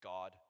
God